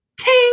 Ting